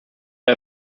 wir